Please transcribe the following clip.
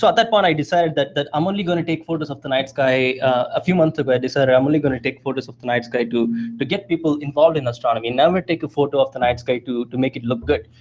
that point, i decided that that i'm only going to take photos of the night sky a few months ago i decided i'm only going to take photos of the night sky to to get people involved in astronomy, never take a photo of the night sky to to make it look good,